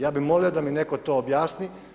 Ja bih molio da mi netko to objasni.